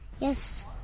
Yes